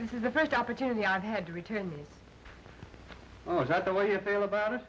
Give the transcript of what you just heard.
this is the first opportunity i've had to return oh is that the way you feel about it